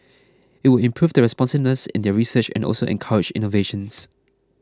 it will improve the responsiveness in their research and also encourage innovations